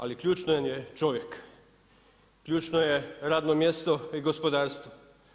Ali ključan je čovjek, ključno je radno mjesto i gospodarstvo.